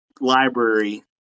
library